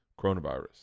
coronavirus